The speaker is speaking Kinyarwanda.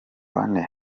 bane